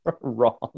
wrong